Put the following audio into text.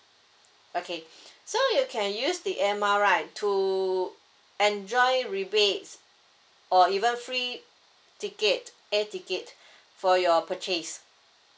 okay so you can use the air mile right to enjoy rebates or even free ticket air ticket for your purchase